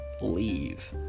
leave